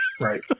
Right